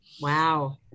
Wow